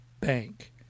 bank